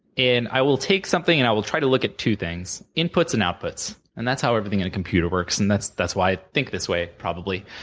i will take something and i will try to look at two things inputs and outputs, and that's how everything in a computer works, and that's that's why i think this way, probably.